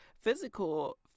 physical